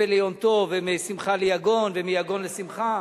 ליום טוב ומשמחה ליגון ומיגון לשמחה.